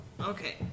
Okay